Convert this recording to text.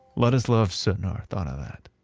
ladislav sutnar thought of that